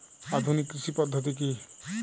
আধুনিক কৃষি পদ্ধতি কী?